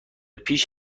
پیش